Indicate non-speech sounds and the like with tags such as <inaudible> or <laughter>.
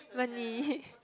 money <laughs>